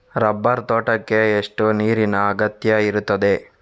Rubber ತೋಟಕ್ಕೆ ಎಷ್ಟು ನೀರಿನ ಅಗತ್ಯ ಇರುತ್ತದೆ?